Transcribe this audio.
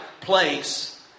place